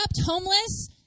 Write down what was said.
homeless